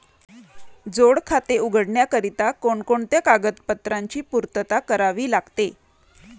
जोड खाते उघडण्याकरिता कोणकोणत्या कागदपत्रांची पूर्तता करावी लागते?